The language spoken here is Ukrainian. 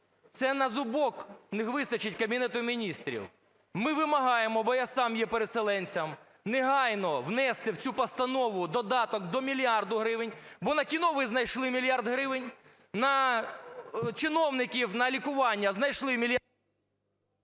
Це на зубок не вистачить Кабінету Міністрів. Ми вимагаємо, бо я сам є переселенцем, негайно внести в цю постанову додаток - до мільярда гривень, бо на кіно ви знайшли мільярд гривень, на чиновників, на лікування знайшли… ГОЛОВУЮЧИЙ.